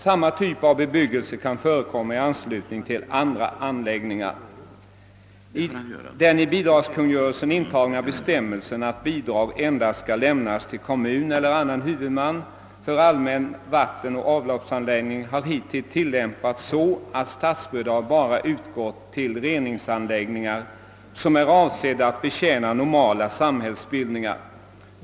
Samma typ av bebyggelse kan förekomma i an slutning till andra anläggningar, t.ex. regementen. Den i bidragskungörelsen intagna bestämmelsen, att bidrag endast skall lämnas till kommun eller annan huvudman för allmän vattenoch avloppsanläggning, har hittills tillämpats så, att statsbidrag bara utgått till reningsanläggningar som är avsedda att betjäna »normala samhällsbildningar».